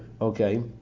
okay